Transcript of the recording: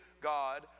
God